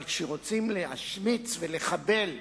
אבל כשרוצים להשמיץ ולחבל,